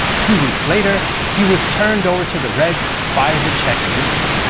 two weeks later, he was turned over to the reds by the czech legion.